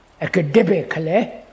academically